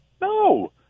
No